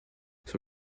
sur